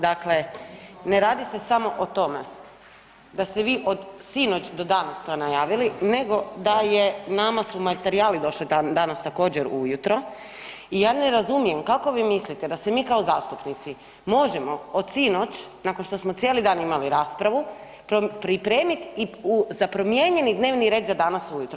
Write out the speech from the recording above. Dakle, ne radi se samo o tome da ste vi od sinoć do danas to najavili, nego da je, nama su materijali došli danas također, ujutro i ja ne razumijem kako vi mislite da se mi kao zastupnici možemo od sinoć, nakon što smo cijeli dan imali raspravu pripremiti i za promijenjeni dnevni red za danas ujutro.